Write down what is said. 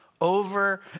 over